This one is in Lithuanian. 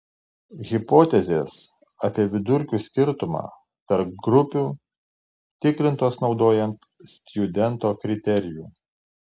hipotezės apie vidurkių skirtumą tarp grupių tikrintos naudojant stjudento kriterijų